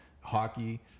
Hockey